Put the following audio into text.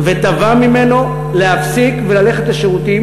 ותבע ממנו להפסיק וללכת לשירותים.